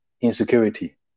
insecurity